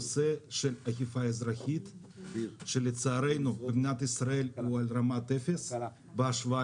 הנושא של אכיפה אזרחית שלצערנו במדינת ישראל פועלת ברמת אפס בהשוואה